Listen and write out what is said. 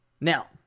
Now